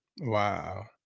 Wow